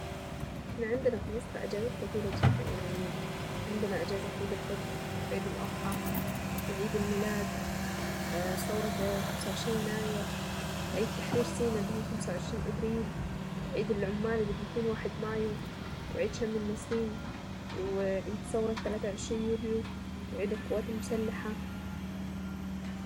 احنا عندنا اجازات في أيام كثيرة جدا يعني عندنا اجازة عيد الفطر وعيد الاضحى وعيد الميلاد وثورة خمسة وعشرين يناير وعيد تحرير سينا اللي هو خمسة وعشرين ابريل عيد العمال اللي بيكون واحد مايو وعيد شم النسيم وعيد ثورة تلاتة وعشرين يوليو وعيد القوات المسلحة.